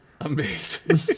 Amazing